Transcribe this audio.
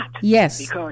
Yes